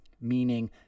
meaning